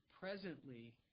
presently